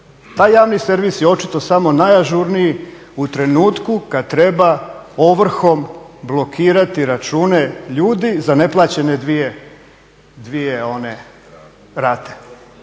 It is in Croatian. taj javni servis je očito samo najažurniji u trenutku kad treba ovrhom blokirati račune ljudi za neplaćene dvije one